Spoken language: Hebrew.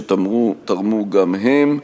שתרמו גם הם.